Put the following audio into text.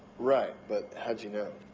right, but how did you know?